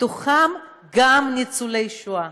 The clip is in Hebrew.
ובהם גם ניצולי השואה.